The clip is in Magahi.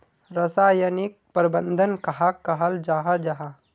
रासायनिक प्रबंधन कहाक कहाल जाहा जाहा?